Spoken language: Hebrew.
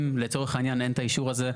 אם לצורך העניין אין את האישור הזה,